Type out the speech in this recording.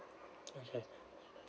okay